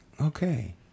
Okay